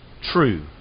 true